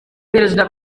perezida